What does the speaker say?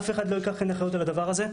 אף אחד לא ייקח כאן אחריות על הדבר הזה.